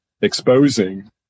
exposing